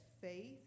faith